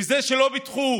בזה שלא פיתחו